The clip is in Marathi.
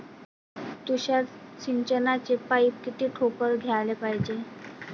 तुषार सिंचनाचे पाइप किती ठोकळ घ्याले पायजे?